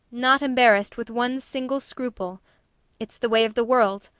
not embarrassed with one single scruple it's the way of the world.